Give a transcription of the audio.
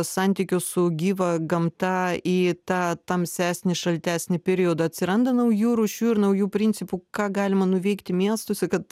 santykius su gyva gamta į tą tamsesnį šaltesnį periodą atsiranda naujų rūšių ir naujų principų ką galima nuveikti miestuose kad